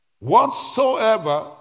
Whatsoever